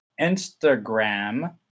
Instagram